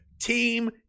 Team